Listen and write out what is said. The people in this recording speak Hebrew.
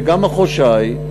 וגם מחוז ש"י,